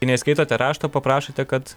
jei neįskaitote rašto paprašote kad